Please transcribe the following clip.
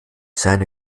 seine